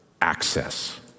access